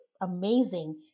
amazing